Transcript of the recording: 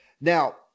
now